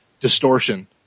distortion